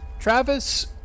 Travis